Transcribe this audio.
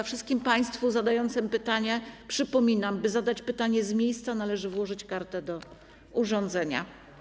Wszystkim państwu zadającym pytanie przypominam, że aby zadać pytanie z miejsca, należy włożyć kartę do urządzenia.